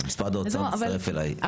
משרד האוצר מצטרף אליי.